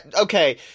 Okay